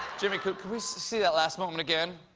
jimmy, can we see that last moment again.